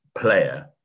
Player